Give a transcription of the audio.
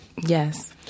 Yes